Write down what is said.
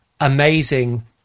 amazing